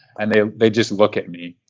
and they they just look at me